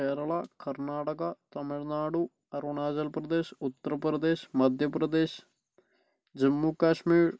Kerala Karnataka Tamil Nadu Arunachal Pradesh Uttar Pradesh Madhya Pradesh Jammu Kashmir